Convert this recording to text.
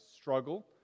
struggle